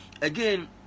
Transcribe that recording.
again